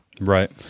Right